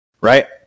right